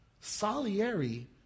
Salieri